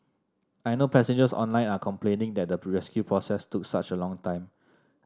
I know passengers online are complaining that the rescue process took such a long time